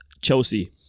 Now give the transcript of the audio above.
Chelsea